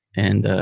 and